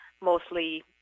mostly